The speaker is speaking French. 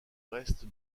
reste